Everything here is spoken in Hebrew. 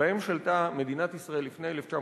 שבהם שלטה מדינת ישראל לפני 1967,